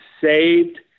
saved